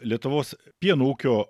lietuvos pieno ūkio